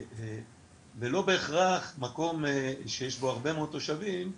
ולא בהכרח מקום שיש בו הרבה מאוד תושבים,